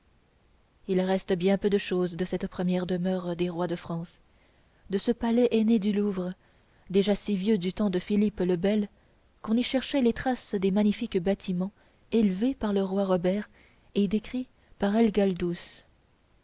il reste bien peu de chose de cette première demeure des rois de france de ce palais aîné du louvre déjà si vieux du temps de philippe le bel qu'on y cherchait les traces des magnifiques bâtiments élevés par le roi robert et décrits par